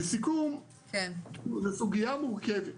לסיכום, זו סוגיה מורכבת.